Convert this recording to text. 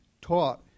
taught